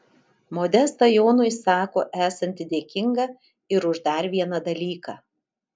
modesta jonui sako esanti dėkinga ir už dar vieną dalyką